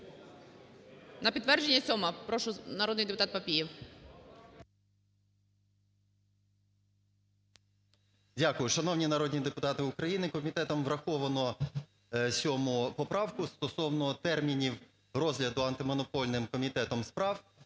На підтвердження 7-а. Прошу, народний депутат Папієв. 12:55:20 ПАПІЄВ М.М. Дякую. Шановні народні депутати України, комітетом враховано 7 поправку стосовно термінів розгляду Антимонопольним комітетом справ,